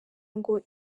ngo